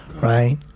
right